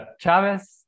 Chavez